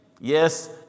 Yes